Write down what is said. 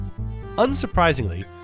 Unsurprisingly